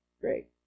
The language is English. Great